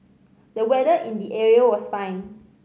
the weather in the area was fine